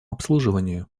обслуживанию